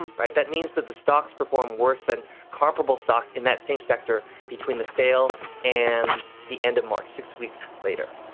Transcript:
and right. that means that the stocks performed worse than comparable stocks in that same sector between the sale and the end of march, six weeks later.